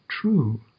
true